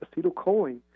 acetylcholine